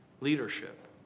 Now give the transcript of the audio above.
leadership